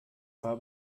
war